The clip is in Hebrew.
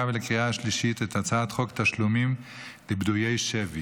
ולקריאה השלישית את הצעת חוק תשלומים לפדויי שבי